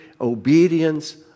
obedience